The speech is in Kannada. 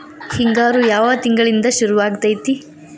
ಹಿಂಗಾರು ಯಾವ ತಿಂಗಳಿನಿಂದ ಶುರುವಾಗತೈತಿ?